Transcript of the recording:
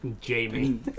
Jamie